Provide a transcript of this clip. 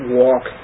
walk